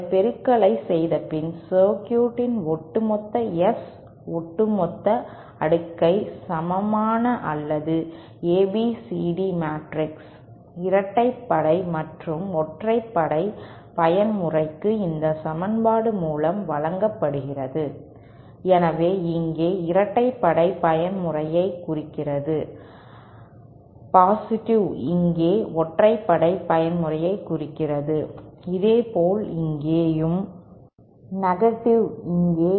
இந்த பெருக்கலைச் செய்தபின் சர்க்யூட் இன் ஒட்டுமொத்த S ஒட்டுமொத்த அடுக்கை சமமான அல்லது ஏபிசிடி மேட்ரிக்ஸ் இரட்டைப்படை மற்றும் ஒற்றைப்படை பயன்முறைக்கு இந்த சமன்பாடு மூலம் வழங்கப்படுகிறது எனவே இங்கே இரட்டைப்படை பயன்முறையை குறிக்கிறது இங்கே ஒற்றைப்படை பயன்முறையை குறிக்கிறது இதேபோல் இங்கே